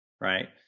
Right